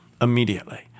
immediately